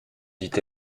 dit